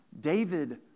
David